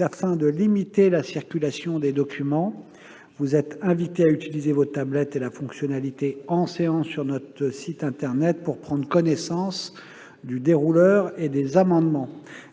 afin de limiter la circulation des documents, vous êtes invités à utiliser vos tablettes et la fonctionnalité « En séance » sur notre site internet pour prendre connaissance du dérouleur et des amendements.